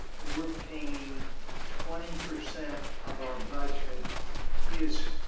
we're paying twenty percent of our budget is,